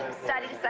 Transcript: study, so